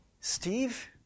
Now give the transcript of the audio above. Steve